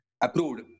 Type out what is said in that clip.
approved